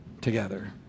Together